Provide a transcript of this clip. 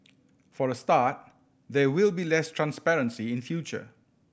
for a start there will be less transparency in future